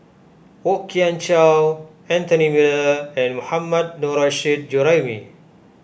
Kwok Kian Chow Anthony Miller and Mohammad Nurrasyid Juraimi